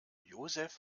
josef